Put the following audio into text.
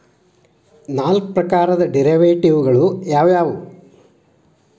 ನಾಲ್ಕ್ ಪ್ರಕಾರದ್ ಡೆರಿವೆಟಿವ್ ಗಳು ಯಾವ್ ಯಾವವ್ಯಾವು?